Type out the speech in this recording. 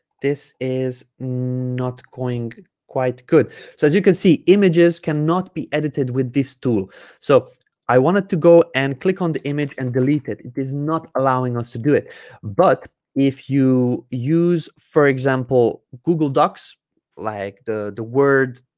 this is not going quite good so as you can see images cannot be edited with this tool so i wanted to go and click on the image and delete it it is not allowing us to do it but if you use for example google docs like the the word